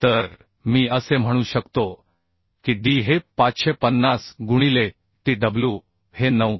तर मी असे म्हणू शकतो की d हे 550 गुणिले tw हे 9